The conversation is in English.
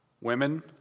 Women